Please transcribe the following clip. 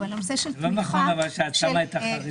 לנו כמובן אין שום עמדה לכאן או לכאן.